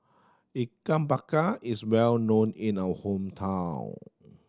Ikan Bakar is well known in my hometown